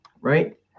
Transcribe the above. right